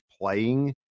playing